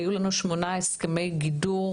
היו לנו שמונה הסכמי גידור,